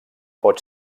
pot